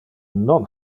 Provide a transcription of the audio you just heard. non